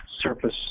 surface